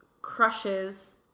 crushes